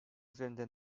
üzerinde